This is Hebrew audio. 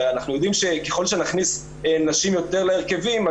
הרי אנחנו יודעים שככל שנכניס נשים יותר להרכבים,